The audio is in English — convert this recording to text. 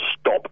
stop